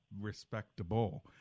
respectable